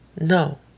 No